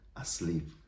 asleep